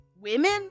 Women